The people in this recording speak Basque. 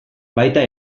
baita